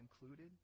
included